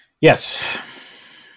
yes